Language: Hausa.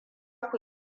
ku